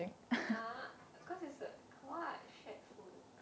!huh! cause it's what shared food